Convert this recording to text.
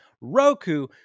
Roku